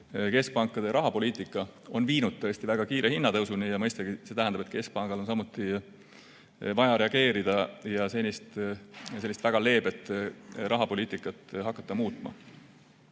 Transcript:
keskpankade rahapoliitika, on viinud tõesti väga kiire hinnatõusuni. Mõistagi see tähendab, et keskpangal on samuti vaja reageerida ja hakata senist sellist väga leebet rahapoliitikat muutma.